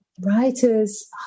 writers